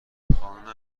خانه